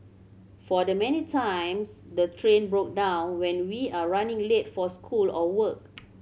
for the many times the train broke down when we are running late for school or work